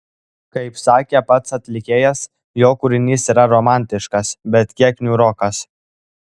kaip sakė pats atlikėjas jo kūrinys yra romantiškas bet kiek niūrokas